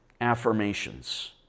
affirmations